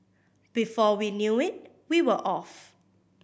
before we knew it we were off